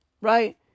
Right